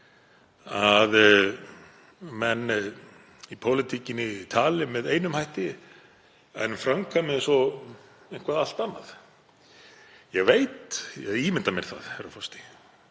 að menn í pólitíkinni tali með einum hætti en framkvæmi svo eitthvað allt annað. Ég ímynda mér það, herra forseti,